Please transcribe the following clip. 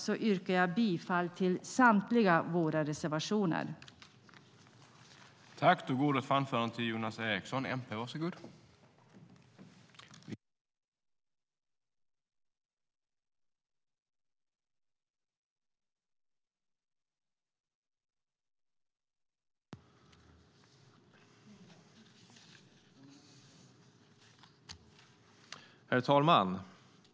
Jag yrkar bifall till samtliga våra reservationer 3,6 och 9.